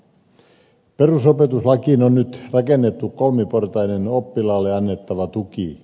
perusopetuslakiin on nyt rakennettu kolmiportainen oppilaalle annettava tuki